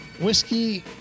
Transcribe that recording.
whiskey